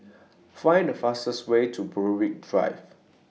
Find The fastest Way to Berwick Drive